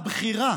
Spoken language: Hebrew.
הבחירה